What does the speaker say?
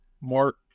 Mark